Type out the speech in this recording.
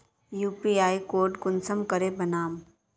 UPI code कुंसम करे बनाम?